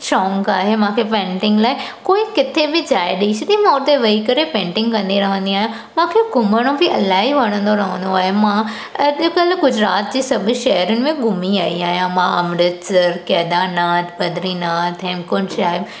शौंक़ु आहे मूंखे पैंटिंग लाइ कोई किथे बि जाइ ॾेई छॾे मां उते वेही करे पैंटिंग कंदी रहंदी आहियां मूंखे घुमणु बि इलाही वणंदो रहंदो आहे मां अॼुकल्ह गुजरात जे सभु शहिरनि में घुमी आई आहियां मां अमृतसर कैदारनाथ बद्रीनाथ हेमकुंड साहिबु